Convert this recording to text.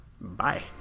bye